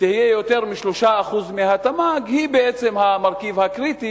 תהיה יותר מ-3% מהתמ"ג, היא בעצם המרכיב הקריטי